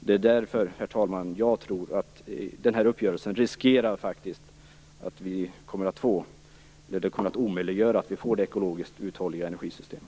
Det är därför, herr talman, som jag tror att man med uppgörelsen riskerar att omöjliggöra att vi får det ekologiskt uthålliga energisystemet.